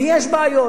ויש בעיות.